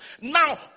Now